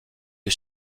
est